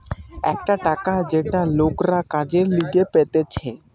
একটা টাকা যেটা লোকরা কাজের লিগে পেতেছে